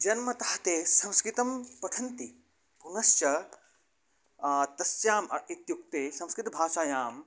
जन्मतः ते संस्कृतं पठन्ति पुनश्च तस्याम् अ इत्युक्ते संस्कृतभाषायाम्